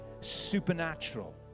Supernatural